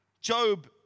Job